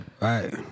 right